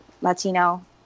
Latino